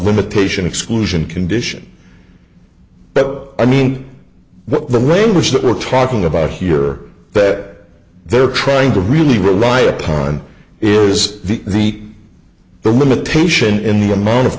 limitation exclusion condition but i mean the language that we're talking about here that they're trying to really rely upon is the the the limitation in the amount of